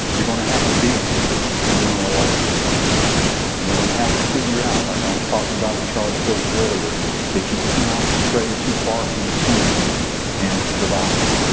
you're gonna have to beat them in general elections and they're gonna have to figure out like i was talking about with charlie crist earlier that you cannot stray too far from the center and survive.